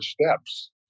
steps